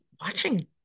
watching